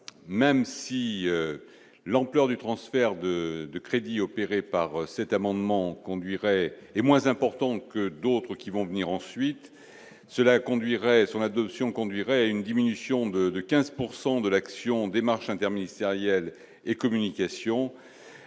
même si l'ampleur du transfert de de crédit opéré par cet amendement conduirait est moins important que d'autres qui vont venir ensuite cela conduirait son adoption conduirait à une diminution de, de 15 pourcent de l'action des interministérielle et communication,